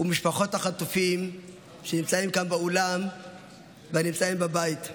ומשפחות החטופים שנמצאות כאן באולם והנמצאות בבית,